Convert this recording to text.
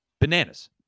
Bananas